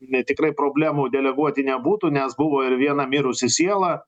ne tikrai problemų deleguoti nebūtų nes buvo ir viena mirusi siela